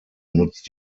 nutzt